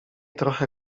trochę